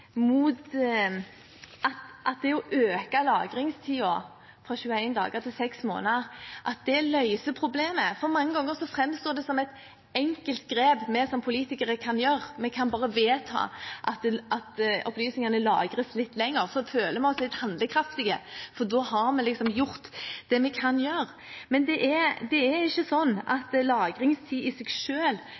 mot å tro at det å øke lagringstiden fra 21 dager til 6 måneder løser problemet. Mange ganger framstår det som et enkelt grep vi som politikere kan ta – vi kan bare vedta at opplysningene lagres litt lenger. Så føler man seg handlekraftig, for da har man liksom gjort det man kan gjøre. Men lagring i seg